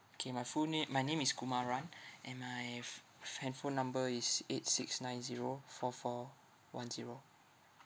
K my full na~ my name is kumaran and my f~ f~ handphone number is eight six nine zero four four one zero